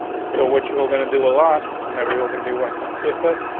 so what you're gonna do a lot whenever you're gonna be working with css,